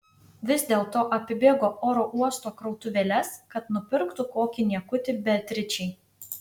vis dėlto apibėgo oro uosto krautuvėles kad nupirktų kokį niekutį beatričei